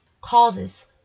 causes